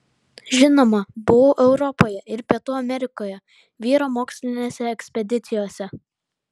žinoma buvau europoje ir pietų amerikoje vyro mokslinėse ekspedicijose